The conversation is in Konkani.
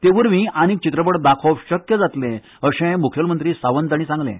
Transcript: ते वरवीं आनीक चित्रपट दाखोवप शक्य जातलें अशें मुखेलमंत्री सावंत हांणी सांगलें